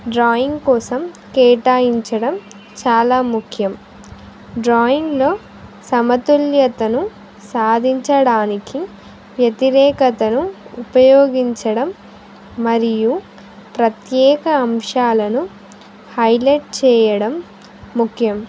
drawing కోసం కేటాయించడం చాలా ముఖ్యం డ్రాయింగ్లో సమతుల్యతను సాధించడానికి వ్యతిరేకతను ఉపయోగించడం మరియు ప్రత్యేక అంశాలను హైలెైట్ చేయడం ముఖ్యం